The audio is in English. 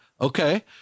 Okay